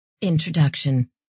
Introduction